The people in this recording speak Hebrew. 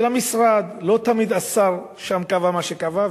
של המשרד, לא תמיד השר שם קבע מה שקבע.